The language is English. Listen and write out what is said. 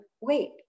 wait